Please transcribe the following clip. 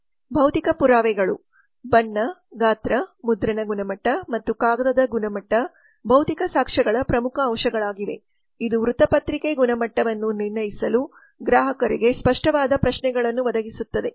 ಭೌತಿಕ ಪುರಾವೆಗಳು ಬಣ್ಣ ಗಾತ್ರ ಮುದ್ರಣ ಗುಣಮಟ್ಟ ಮತ್ತು ಕಾಗದದ ಗುಣಮಟ್ಟ ಭೌತಿಕ ಸಾಕ್ಷ್ಯಗಳ ಪ್ರಮುಖ ಅಂಶಗಳಾಗಿವೆ ಇದು ವೃತ್ತಪತ್ರಿಕೆ ಗುಣಮಟ್ಟವನ್ನು ನಿರ್ಣಯಿಸಲು ಗ್ರಾಹಕರಿಗೆ ಸ್ಪಷ್ಟವಾದ ಪ್ರಶ್ನೆಗಳನ್ನು ಒದಗಿಸುತ್ತದೆ